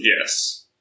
yes